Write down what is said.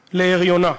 להריונה.